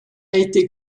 été